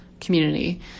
community